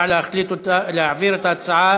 (עידוד לימודים בתחומי ההנדסה,